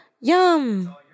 Yum